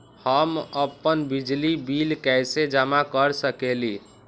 हम अपन बिजली बिल कैसे जमा कर सकेली?